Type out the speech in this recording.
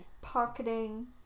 pocketing